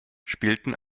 spielten